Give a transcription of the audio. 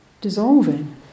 dissolving